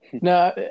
No